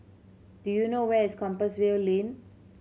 do you know where is Compassvale Lane